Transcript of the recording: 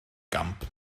gamp